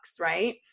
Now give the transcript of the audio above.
right